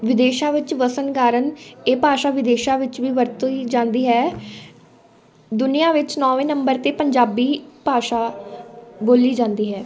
ਵਿਦੇਸ਼ਾਂ ਵਿੱਚ ਵਸਣ ਕਾਰਨ ਇਹ ਭਾਸ਼ਾ ਵਿਦੇਸ਼ਾਂ ਵਿੱਚ ਵੀ ਵਰਤੀ ਜਾਂਦੀ ਹੈ ਦੁਨੀਆ ਵਿੱਚ ਨੌਵੇਂ ਨੰਬਰ 'ਤੇ ਪੰਜਾਬੀ ਭਾਸ਼ਾ ਬੋਲੀ ਜਾਂਦੀ ਹੈ